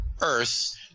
Earth